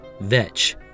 Vetch